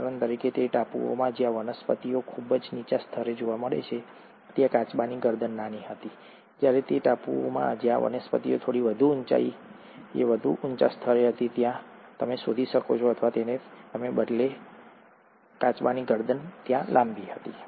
ઉદાહરણ તરીકે તે ટાપુઓમાં જ્યાં વનસ્પતિઓ ખૂબ જ નીચા સ્તરે જોવા મળે છે ત્યાં કાચબાની ગરદન નાની હતી જ્યારે તે ટાપુઓમાં જ્યાં વનસ્પતિઓ થોડી વધુ ઊંચાઈએ વધુ ઊંચા સ્તરે હતી તમે શોધી શકો છો અથવા તેને તેના બદલે કે કાચબાની ગરદન લાંબી હતી